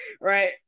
right